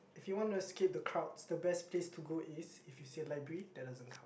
if you want to escape the crowds the best place to go is if you say library that doesn't count